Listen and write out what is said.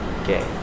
okay